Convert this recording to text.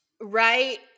Right